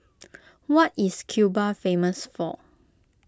what Is Cuba famous for